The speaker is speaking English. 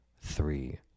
three